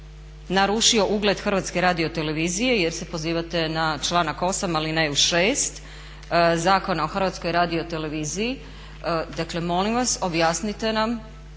narušio ugled Hrvatske radiotelevizije jer se pozivate na članak 8. alineju 6. Zakona o Hrvatskoj radioteleviziji. Dakle molim vas, objasnite nam